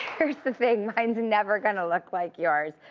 here's the thing, mine's never going to look like yours.